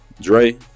Dre